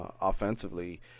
offensively